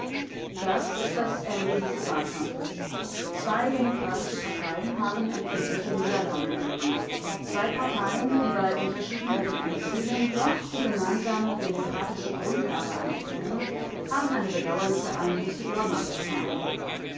das ist das ende dieses wahlkampfes zwei demokratische parteien haben empfindliche niederlagen erlitten zwei parteien die bei unterschieden in den endzielen doch die gemeinsame demokratische grundlage anerkennen haben eine bedauerliche einbuße ihrer macht erfahren